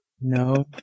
no